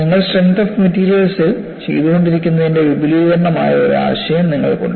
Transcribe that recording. നിങ്ങൾ strength of materials ഇൽ ചെയ്തുകൊണ്ടിരിക്കുന്നതിന്റെ വിപുലീകരണം ആയ ഒരു ആശയം നിങ്ങൾക്കുണ്ട്